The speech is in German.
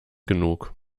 genug